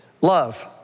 love